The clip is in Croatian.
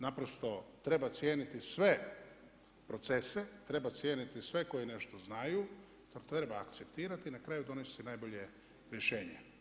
Naprosto treba cijeniti sve procese, treba cijeniti sve koji nešto znaju, to treba akceptirati i na kraju donesti najbolje rješenje.